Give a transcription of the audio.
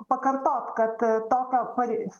pakartot kad tokio pa